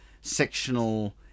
sectional